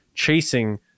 chasing